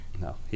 No